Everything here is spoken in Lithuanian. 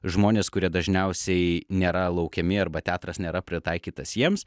žmonės kurie dažniausiai nėra laukiami arba teatras nėra pritaikytas jiems